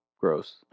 gross